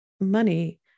money